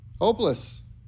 hopeless